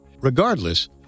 Regardless